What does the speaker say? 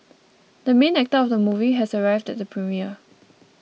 the main actor of the movie has arrived at the premiere